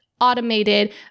automated